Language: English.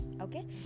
Okay